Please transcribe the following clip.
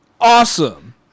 Awesome